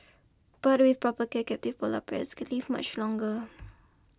but with proper care captive Polar Bears can live much longer